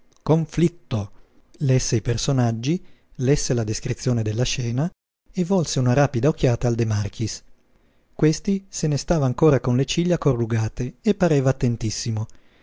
conflitto lesse i personaggi lesse la descrizione della scena e volse una rapida occhiata al de marchis questi se ne stava ancora con le ciglia corrugate e pareva attentissimo